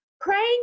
praying